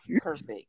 perfect